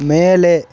மேலே